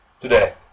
today